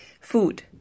Food